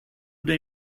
they